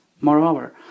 Moreover